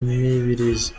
mibirizi